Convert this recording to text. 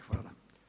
Hvala.